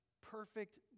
perfect